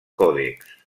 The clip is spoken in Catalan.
còdecs